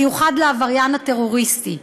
המיוחד לעבריין הטרוריסטי.